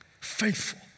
faithful